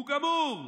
הוא גמור.